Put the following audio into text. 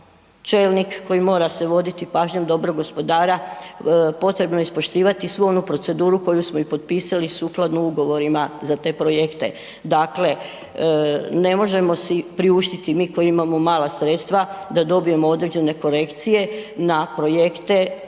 čelnik koji mora se voditi pažnjom dobrog gospodara potrebno je ispoštivati svu onu proceduru koju smo i potpisali sukladno ugovorima za te projekte. Dakle, ne možemo si priuštiti mi koji imamo mala sredstva da dobijemo određene korekcije na projekte